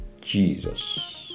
Jesus